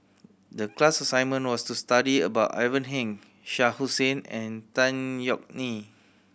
the class assignment was to study about Ivan Heng Shah Hussain and Tan Yeok Nee